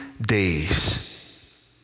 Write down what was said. days